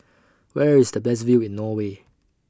Where IS The Best View in Norway